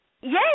Yes